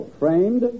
framed